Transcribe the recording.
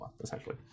essentially